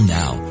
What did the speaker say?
now